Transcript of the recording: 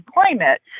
climate